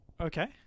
Okay